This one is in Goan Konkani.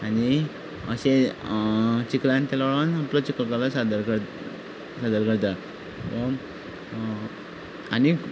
आनी अशे चिखलांत ते लळोन आपलो चिखल कालो सादर करतात सादर करतात आनी